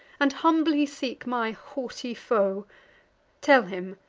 and humbly seek my haughty foe tell him,